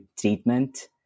treatment